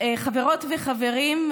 חברות וחברים,